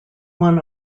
won